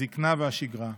הזקנה והשגרה.